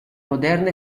moderna